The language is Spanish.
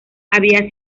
había